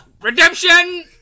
Redemption